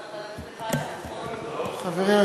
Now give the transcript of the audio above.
בבקשה.